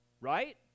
right